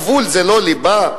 הגבול זה לא ליבה?